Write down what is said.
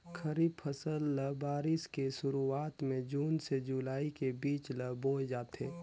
खरीफ फसल ल बारिश के शुरुआत में जून से जुलाई के बीच ल बोए जाथे